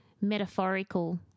metaphorical